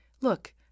Look